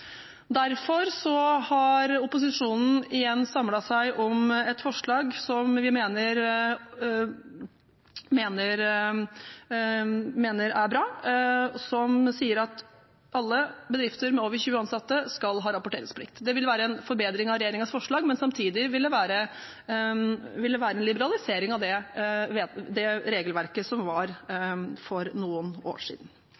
Derfor har opposisjonen igjen samlet seg om et forslag som vi mener er bra, som sier at alle bedrifter med over 20 ansatte skal ha rapporteringsplikt. Det vil være en forbedring av regjeringens forslag, men samtidig vil det være en liberalisering av det regelverket som var for noen år siden.